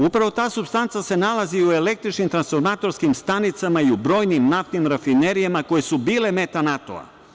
Upravo ta supstanca se nalazi u električnim transformatorskim stanicama i u brojnim naftnim rafinerijama koje su bile meta NATO-a.